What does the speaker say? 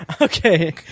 Okay